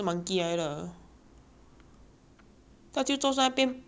它就坐在那边笨笨这样看 lor 做笨猫 lor